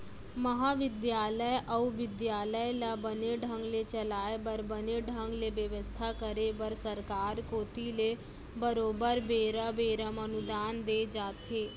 महाबिद्यालय अउ बिद्यालय ल बने ढंग ले चलाय बर बने ढंग ले बेवस्था करे बर सरकार कोती ले बरोबर बेरा बेरा म अनुदान दे जाथे